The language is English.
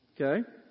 Okay